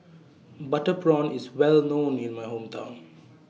Butter Prawn IS Well known in My Hometown